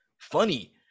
funny